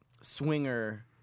swinger